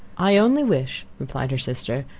i only wish, replied her sister,